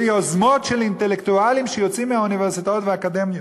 ביוזמות של אינטלקטואלים שיוצאים מהאוניברסיטאות והאקדמיות.